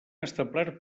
establert